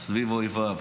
סביב אויביו.